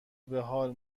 بحال